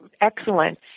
excellent